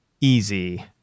easy